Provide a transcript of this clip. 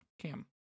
Cam